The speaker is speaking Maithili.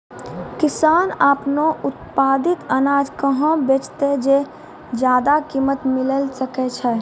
किसान आपनो उत्पादित अनाज कहाँ बेचतै जे ज्यादा कीमत मिलैल सकै छै?